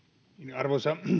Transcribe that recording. arvoisa